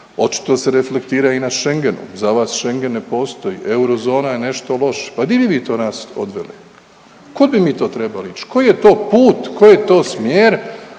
Očito se reflektira i na Schengenu. Za vas Schengen ne postoji, eurozona je nešto loše. Pa di bi vi to nas odveli? Kud bi mi to trebali ići? Koji je to put, koji je to smjer